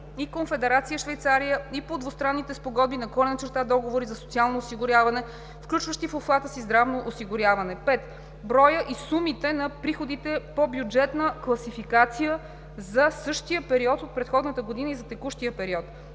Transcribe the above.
и Конфедерация Швейцария и по двустранни спогодби/договори за социално осигуряване, включващи в обхвата си здравно осигуряване; 5. броят и сумите на приходите по бюджетна класификация за същия период от предходната година и за текущия период;